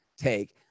take